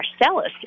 Marcellus